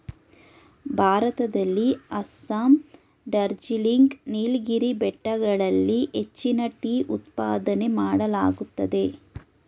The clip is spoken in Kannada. ಭಾರತದಲ್ಲಿ ಅಸ್ಸಾಂ, ಡಾರ್ಜಿಲಿಂಗ್, ನೀಲಗಿರಿ ಬೆಟ್ಟಗಳಲ್ಲಿ ಹೆಚ್ಚಿನ ಟೀ ಉತ್ಪಾದನೆ ಮಾಡಲಾಗುತ್ತದೆ